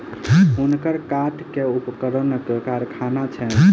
हुनकर काठ के उपकरणक कारखाना छैन